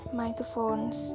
microphones